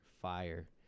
Fire